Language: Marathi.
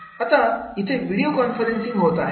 आता इथे व्हिडिओ कॉन्फरन्सिंग होत आहे